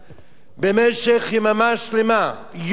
במשך יממה שלמה, יום ולילה,